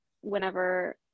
whenever